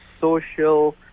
social